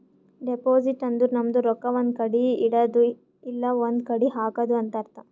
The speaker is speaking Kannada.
ಡೆಪೋಸಿಟ್ ಅಂದುರ್ ನಮ್ದು ರೊಕ್ಕಾ ಒಂದ್ ಕಡಿ ಇಡದ್ದು ಇಲ್ಲಾ ಒಂದ್ ಕಡಿ ಹಾಕದು ಅಂತ್ ಅರ್ಥ